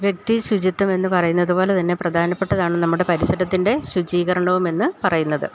വ്യക്തി ശുചിത്വം എന്ന് പറയുന്നതുപോലെ തന്നെ പ്രധാനപ്പെട്ടതാണ് നമ്മുടെ പരിസരത്തിൻ്റെ ശുചീകരണവും എന്ന് പറയുന്നത്